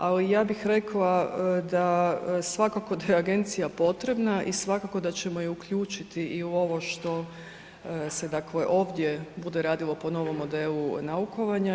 Ali ja bih rekla da svakako da je agencija potrebna i svakako da ćemo je uključiti i u ovo što se dakle ovdje bude radilo po novom modelu naukovanja.